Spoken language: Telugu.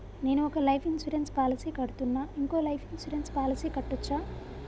నేను ఒక లైఫ్ ఇన్సూరెన్స్ పాలసీ కడ్తున్నా, ఇంకో లైఫ్ ఇన్సూరెన్స్ పాలసీ కట్టొచ్చా?